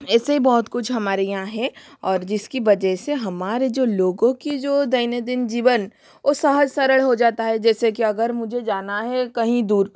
ऐसे ही बहुत कुछ हमारे यहाँ है और जिसकी वजह से हमारे जो लोगों की जो दैन्य दीन जीवन वो सहज सरल हो जाता हे जैसे कि अगर मुझे जाना है कहीं दूर